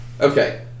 Okay